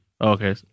Okay